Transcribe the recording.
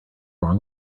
wrong